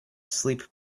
sleep